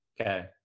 Okay